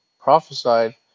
prophesied